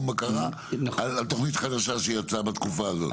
בקרה על תוכנית חדשה שיצאה בתקופה הזאת.